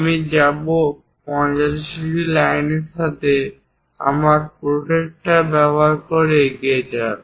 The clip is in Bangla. আমি যাব 45 ডিগ্রী লাইনের সাথে আমার প্রটেক্টর ব্যবহার করে এগিয়ে যান